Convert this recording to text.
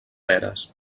peres